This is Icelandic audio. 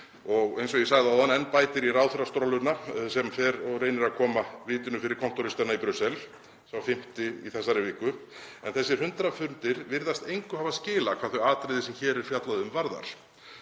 og eins og ég sagði áðan bætist enn í ráðherrastrolluna sem fer og reynir að koma vitinu fyrir kontóristana í Brussel, sá fimmti í þessari viku. En þessir hundrað fundir virðast engu hafa skilað hvað þau atriði sem hér er fjallað um varðar.